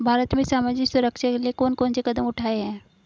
भारत में सामाजिक सुरक्षा के लिए कौन कौन से कदम उठाये हैं?